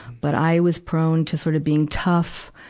but i was prone to sort of being tough.